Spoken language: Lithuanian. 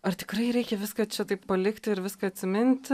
ar tikrai reikia viską čia taip palikti ir viską atsiminti